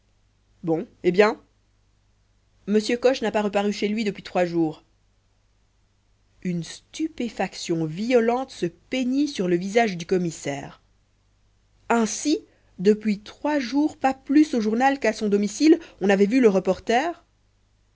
bon et bien m coche n'a pas reparu chez lui depuis trois jours une stupéfaction violente se peignit sur le visage du commissaire ainsi depuis trois jours pas plus au journal qu'à son domicile on n'avait vu le reporter